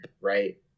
right